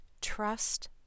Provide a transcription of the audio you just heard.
Trust